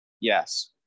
Yes